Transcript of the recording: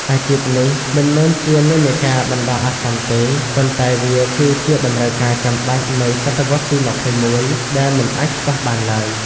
អាជីពនេះមិនមែនជានិន្នាការបណ្ដោះអាសន្នទេ ប៉ុន្តែវាគឺជាតម្រូវការចាំបាច់នៃសតវត្សរ៍ទី ២១ ដែលមិនអាចខ្វះបានឡើយ។